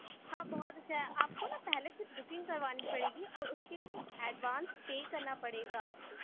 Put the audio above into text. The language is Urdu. ہاں بہت اچھا ہے آپ کو نہ پہلے سے بکنگ کروانی پڑے گی اور اس کے بھی کچھ ایڈوانس پے کرنا پڑے گا آپ کو